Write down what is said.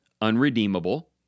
unredeemable